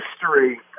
history